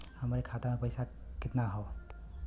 हमरे खाता में कितना पईसा हौ?